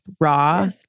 Raw